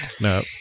No